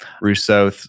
Rousseau